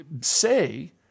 say